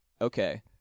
okay